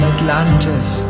Atlantis